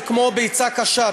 זה כמו ביצה קשה,